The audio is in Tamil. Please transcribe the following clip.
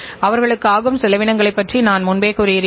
ஆனால் இறுதி பயனாளிக்கு விலையை மேலும் குறைத்திருக்க முடியும்